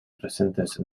presentes